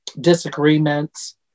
disagreements